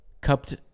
cupped